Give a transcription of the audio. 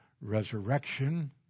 resurrection